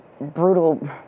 brutal